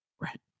Right